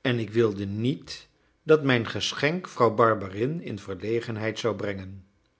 en ik wilde niet dat mijn geschenk vrouw barberin in verlegenheid zou brengen